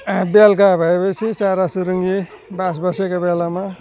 बेलुका भए पछि चराचुरुङ्गी बास बसेको बेलामा